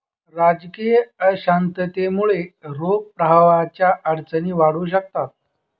राजकीय अशांततेमुळे रोख प्रवाहाच्या अडचणी वाढू शकतात